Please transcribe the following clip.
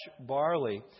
barley